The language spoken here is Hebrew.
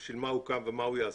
בשביל מה הוקם ומה הוא יעשה,